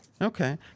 Okay